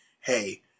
hey